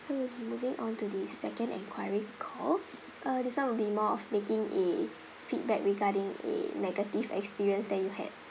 so we'll be moving onto the second enquiry call uh this one will be more of making a feedback regarding a negative experience that you had